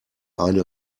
eine